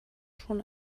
schon